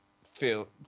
feel